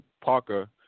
Parker